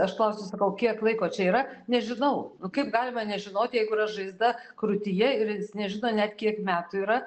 aš klausiu sakau kiek laiko čia yra nežinau nu kaip galima nežinoti jeigu yra žaizda krūtyje ir jis nežino net kiek metų yra